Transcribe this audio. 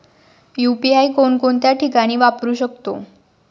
UPI कोणकोणत्या ठिकाणी वापरू शकतो?